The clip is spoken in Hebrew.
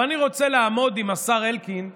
אבל אני רוצה לעמוד עם השר אלקין על,